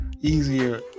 easier